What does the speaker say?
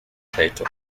title